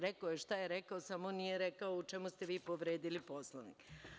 Rekao je šta je rekao, samo nije rekao u čemu ste vi povredili Poslovnik.